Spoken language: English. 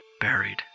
Buried